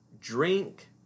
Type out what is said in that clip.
drink